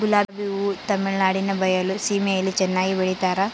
ಗುಲಾಬಿ ಹೂ ತಮಿಳುನಾಡಿನ ಬಯಲು ಸೀಮೆಯಲ್ಲಿ ಚೆನ್ನಾಗಿ ಬೆಳಿತಾರ